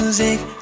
music